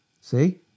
See